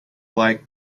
like